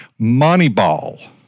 Moneyball